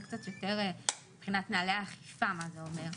קצת יותר מבחינת נוהלי אכיפה מה זה אומר.